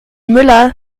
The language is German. müller